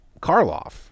Karloff